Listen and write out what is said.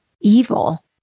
evil